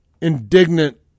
indignant